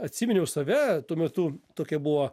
atsiminiau save tuo metu tokia buvo